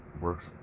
works